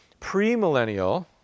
premillennial